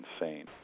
insane